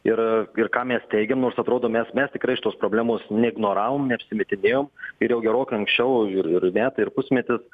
ir ir ką mes teigiam nors atrodo mes mes tikrai šitos problemos neignoravom neapsimetinėjom ir jau gerokai anksčiau ir ir metai ir pusmetis